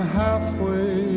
halfway